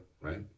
right